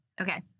okay